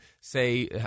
say